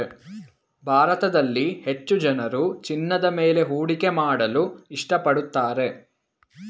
ಭಾರತದಲ್ಲಿ ಹೆಚ್ಚು ಜನರು ಚಿನ್ನದ ಮೇಲೆ ಹೂಡಿಕೆ ಮಾಡಲು ಇಷ್ಟಪಡುತ್ತಾರೆ